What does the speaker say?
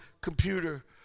computer